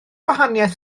gwahaniaeth